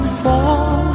fall